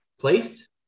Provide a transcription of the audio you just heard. placed